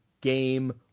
game